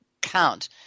count